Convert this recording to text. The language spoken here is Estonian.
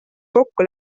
kokku